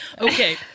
okay